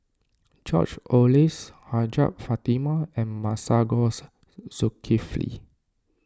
George Oehlers Hajjah Fatimah and Masagos Zulkifli